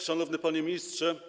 Szanowny Panie Ministrze!